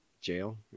jail